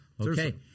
Okay